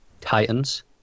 Titans